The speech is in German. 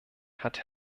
hat